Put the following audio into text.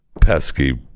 pesky